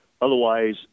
Otherwise